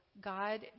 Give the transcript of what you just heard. God